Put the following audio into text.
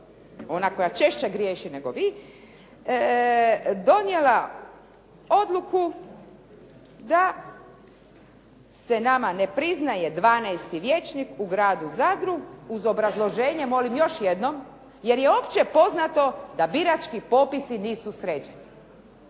ona koja češće griješi nego vi, donijela odluku da se nama ne priznaje 12. vijećnik u gradu Zadru uz obrazloženje, molim još jednom, jer je opće poznato da birački popisi nisu sređeni.